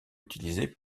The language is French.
utilisés